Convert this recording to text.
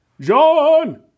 John